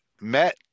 met